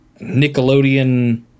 Nickelodeon